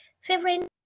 favorite